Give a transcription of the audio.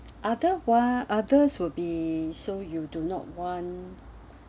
other one others will be so you do not want